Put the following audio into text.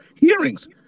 hearings